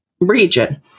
region